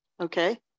Okay